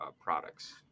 products